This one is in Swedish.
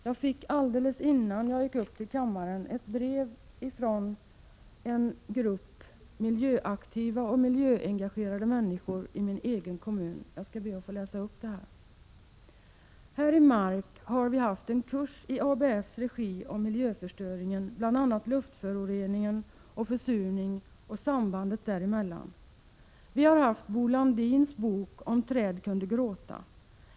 Jag fick alldeles innan jag gick in i kammaren ett brev från en grupp miljöaktiva och miljöengagerade människor i min egen kommun som jag skall be att få läsa upp: ”Här i Mark har vi haft en kurs i ABF:s regi om miljöförstöringen, bl.a. luftföroreningen och försurning, och sambandet där emellan. Vi har haft Bo Landins bok ”Om träd kunde gråta”.